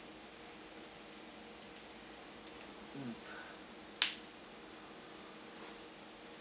mm